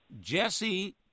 Jesse